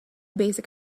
basic